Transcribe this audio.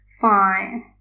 Fine